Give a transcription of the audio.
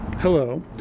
Hello